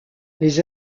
les